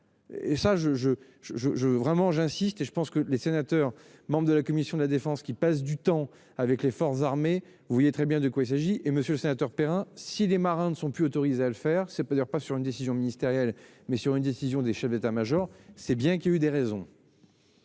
je je, vraiment, j'insiste et je pense que les sénateurs membres de la commission de la défense qui passe du temps avec les forces armées, vous voyez très bien de quoi il s'agit et monsieur le sénateur Perrin si les marins ne sont plus autorisés à le faire, c'est-à-dire pas sur une décision ministérielle mais sur une décision des chefs d'état major. C'est bien qu'il a eu des raisons.